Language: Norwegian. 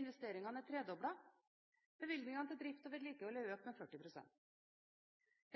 investeringene er tredoblet. Bevilgningene til drift og vedlikehold er økt med 40 pst.